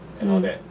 mm